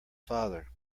father